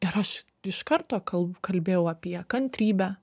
ir aš iš karto kalb kalbėjau apie kantrybę